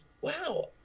wow